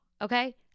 okay